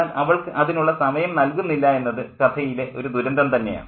എന്നാൽ അവൾക്ക് അതിനുള്ള സമയം നൽകുന്നില്ല എന്നത് കഥയിലെ ഒരു ദുരന്തം തന്നെയാന്ന്